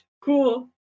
cool